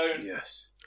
Yes